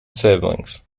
siblings